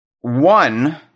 one